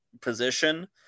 position